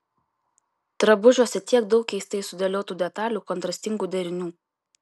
drabužiuose tiek daug keistai sudėliotų detalių kontrastingų derinių